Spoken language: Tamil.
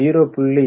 0௦